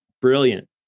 brilliant